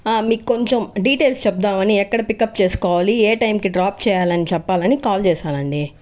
మీకు కొంచం డీటెయిల్స్ చెప్దామని ఎక్కడ పికప్ చేసుకోవాలి ఏ టైమ్కి డ్రాప్ చెయ్యాలి అని చెప్పాలని కాల్ చేసాను అండి